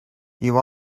you